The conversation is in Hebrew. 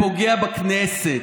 ראש ממשלה.